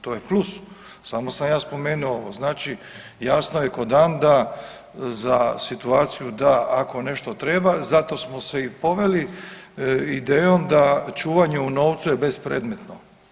To je plus, samo sam ja spomenuo, znači jasno je kao dan da za situaciju da ako nešto treba, zato smo se i poveli idejom da čuvanje u novcu je bespredmetno.